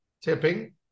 tipping